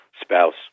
spouse